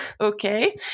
Okay